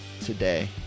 today